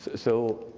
so,